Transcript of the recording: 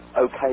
okay